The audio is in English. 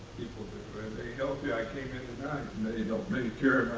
people do, and they help you. i came in you know i mean